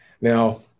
Now